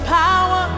power